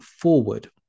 forward